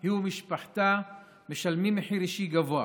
היא ומשפחתה משלמים מחיר אישי גבוה.